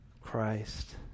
Christ